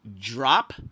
drop